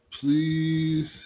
Please